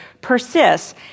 persists